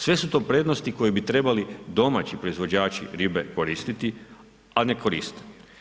Sve su to prednosti koje bi trebali domaći proizvođači ribe koristi a ne korist.